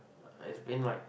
I've been like